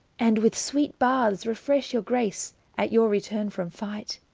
and with sweete baths refresh your grace, at your returne from fighte.